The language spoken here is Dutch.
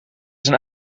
zijn